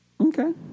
Okay